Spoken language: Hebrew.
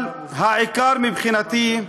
אבל העיקר מבחינתי,